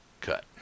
cut